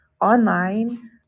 online